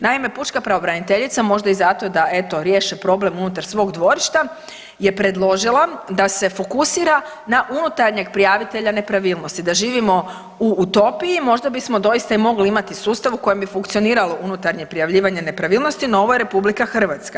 Naime, pučka pravobraniteljica možda i zato da eto riješe problem unutar svog dvorišta je predložila da se fokusira na unutarnjeg prijavitelja nepravilnosti, da živimo u utopiji možda bismo doista i mogli imati sustav u kojem bi funkcioniralo unutarnje prijavljivanje nepravilnosti, no ovo je RH.